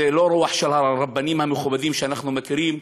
זו לא רוח של הרבנים המכובדים שאנחנו מכירים.